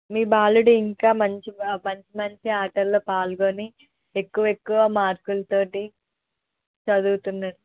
మీ బాలుడు ఇంకా మంచిగా మంచి మంచి ఆటల్లో పాల్గొని ఎక్కువ ఎక్కువ మార్కులు తోటి చదువుతున్నాడు